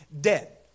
dead